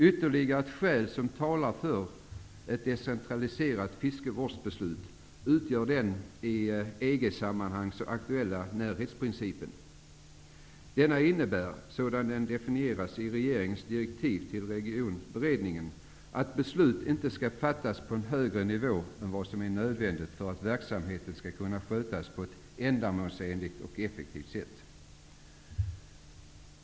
Ytterligare ett skäl som talar för ett decentraliserat fiskevårdsbeslut utgör den i EG-sammanhang så aktuella närhetsprincipen. Denna innebär, sådan den definieras i regeringens direktiv till regionberedningen, att beslut inte skall fattas på en högre nivå än vad som är nödvändigt för att verksamheten skall kunna skötas på ett ändamålsenligt och effektivt sätt.